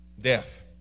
death